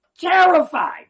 terrified